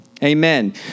Amen